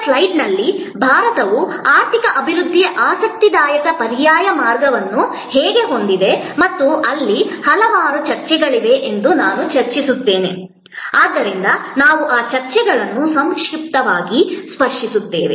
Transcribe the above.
ಮುಂದಿನ ಸ್ಲೈಡ್ನಲ್ಲಿ ಭಾರತವು ಆರ್ಥಿಕ ಅಭಿವೃದ್ಧಿಯ ಆಸಕ್ತಿದಾಯಕ ಪರ್ಯಾಯ ಮಾರ್ಗವನ್ನು ಹೇಗೆ ಹೊಂದಿದೆ ಮತ್ತು ಅಲ್ಲಿ ಹಲವಾರು ಚರ್ಚೆಗಳಿವೆ ಎಂದು ನಾನು ಚರ್ಚಿಸುತ್ತೇನೆ ಆದ್ದರಿಂದ ನಾವು ಆ ಚರ್ಚೆಗಳನ್ನು ಸಂಕ್ಷಿಪ್ತವಾಗಿ ವಿವರಿಸುತ್ತೇನೆ